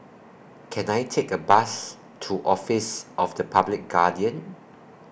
Can I Take A Bus to Office of The Public Guardian